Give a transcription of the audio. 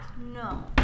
No